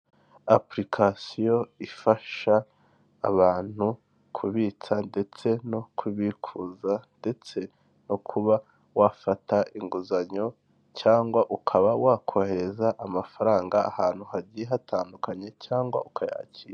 Apurikasiyo ifasha abantu kubitsa ndetse no kubikuza, ndetse no kuba wafata inguzanyo, cyangwa ukaba wakohereza amafaranga ahantu hagiye hatandukanye cyangwa ukayakira.